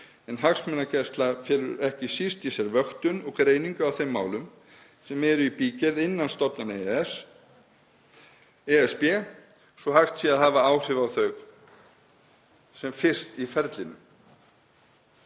en hagsmunagæsla felur ekki síst í sér vöktun og greiningu á þeim málum sem eru í bígerð innan stofnana ESB svo hægt sé að hafa áhrif á þau sem fyrst í ferlinu.“